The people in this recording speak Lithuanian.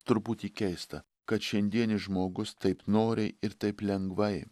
truputį keista kad šiandienis žmogus taip noriai ir taip lengvai